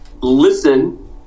listen